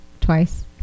twice